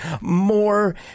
more